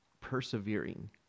persevering